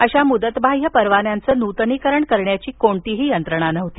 अशा मुदतबाह्य परवान्यांचं नूतनीकरण करण्याची कोणतीही यंत्रणा नव्हती